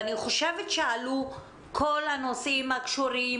ואני חושבת שעלו כל הנושאים הקשורים,